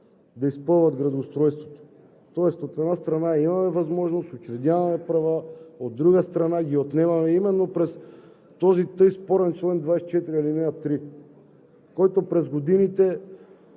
да изпълнят градоустройството. Тоест, от една страна, имаме възможност и учредяваме права, от друга страна, ги отнемаме именно през този тъй спорен чл. 24, ал. 3, който през годините